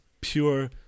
pure